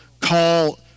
call